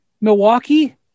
Milwaukee